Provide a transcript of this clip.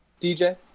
DJ